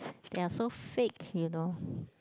they are so fake you know